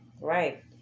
right